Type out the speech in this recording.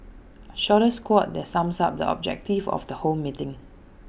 shortest quote that sums up the objective of the whole meeting